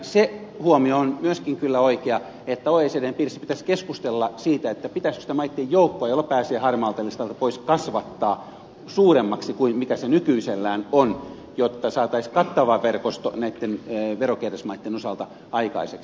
se huomio on myöskin kyllä oikea että oecdn piirissä pitäisi keskustella siitä pitäisikö sitä maitten joukkoa jolla pääsee harmaalta listalta pois kasvattaa suuremmaksi kuin se nykyisellään on jotta saataisiin kattava verkosto näitten verokeidasmaitten osalta aikaiseksi